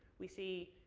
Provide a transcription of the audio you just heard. we see